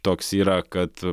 toks yra kad